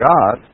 God